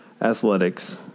athletics